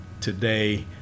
today